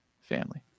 family